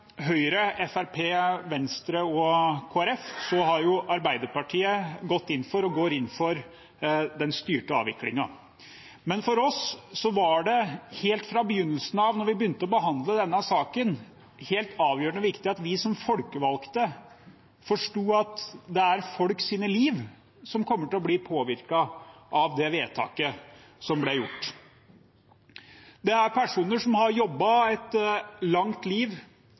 Høyre, Fremskrittspartiet, Venstre og Kristelig Folkeparti har Arbeiderpartiet gått inn for den styrte avviklingen, men for oss var det helt fra begynnelsen av, da vi begynte å behandle denne saken, avgjørende viktig at vi som folkevalgte forsto at det var folks liv som kom til å bli påvirket av det vedtaket som ble gjort. Dette er personer som har jobbet et langt liv,